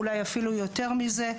אולי אפילו יותר מזה,